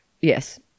Yes